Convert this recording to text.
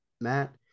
Matt